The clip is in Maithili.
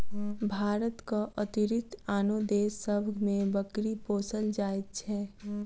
भारतक अतिरिक्त आनो देश सभ मे बकरी पोसल जाइत छै